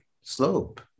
slope